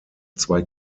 zwei